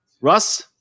Russ